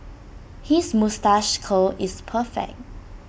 his moustache curl is perfect